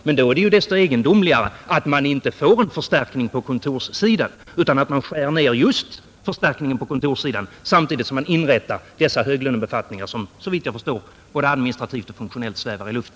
Men då är det ju desto egendomligare att man inte får en förstärkning på kontorssidan utan skär ned just på kontorssidan samtidigt som man inrättar dessa höglönebefattningar som såvitt jag förstår både administrativt och funktionellt svävar i luften.